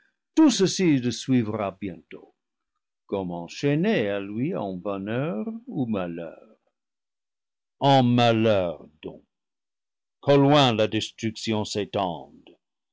tout ceci le suivra bien tôt comme enchaîné à lui en bonheur ou malheur en mal heur donc qu'au loin la destruction s'étende